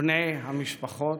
ובני המשפחות,